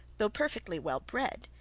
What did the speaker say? though perfectly well-bred,